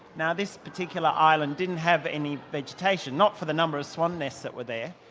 now this particular island didn't have any vegetation, not for the number of swan nests that were there,